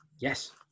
Yes